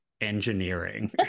engineering